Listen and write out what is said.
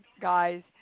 guys